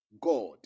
God